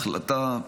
החלטה,